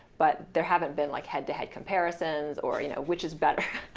but there haven't been like head-to-head comparisons or you know which is better.